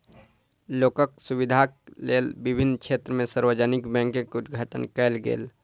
लोकक सुविधाक लेल विभिन्न क्षेत्र में सार्वजानिक बैंकक उद्घाटन कयल गेल